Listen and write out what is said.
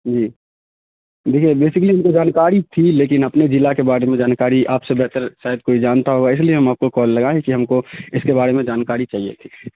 جی دیکھیے بیسکلی ہم کو جانکاری تھی لیکن اپنے ضلع کے بارے میں جانکاری آپ سے بہتر شاید کوئی جانتا ہوگا اس لیے ہم آپ کو کال لگائے کہ ہم کو اس کے بارے میں جانکاری چاہیے تھی